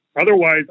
otherwise